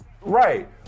right